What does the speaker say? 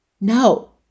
No